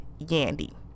Yandy